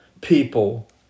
people